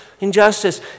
injustice